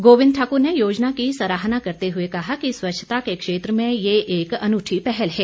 गोविंद ठाकुर ने योजना की सराहना करते हुए कहा कि स्वच्छता के क्षेत्र में ये एक अनूठी पहल है